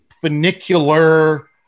Funicular